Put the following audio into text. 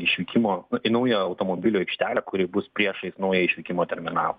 išvykimo į naują automobilių aikštelę kuri bus priešais naują išvykimo terminalą